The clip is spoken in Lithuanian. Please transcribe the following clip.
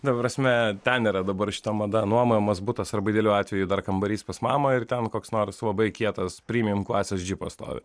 ta prasme ten yra dabar šita mada nuomojamas butas arba idealiu atveju dar kambarys pas mamą ir ten koks nors labai kietas premijum klasės džipas stovi